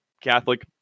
Catholic